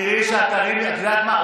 גם אצלנו, את יודעת מה?